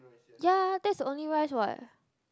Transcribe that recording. ya that's the only rice what